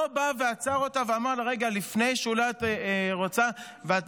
לא בא ועצר אותה ואמר: אולי את רוצה רגע לפני,